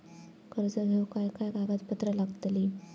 कर्ज घेऊक काय काय कागदपत्र लागतली?